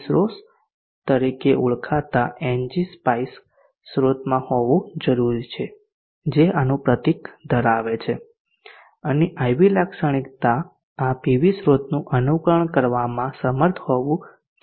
source તરીકે ઓળખાતા NG SPICE સ્રોતમાં હોવું જરૂરી છે જે આનું પ્રતીક ધરાવે છે અને IV લાક્ષણિકતા આ પીવી સ્રોતનું અનુકરણ કરવામાં સમર્થ હોવું જોઈએ